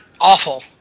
awful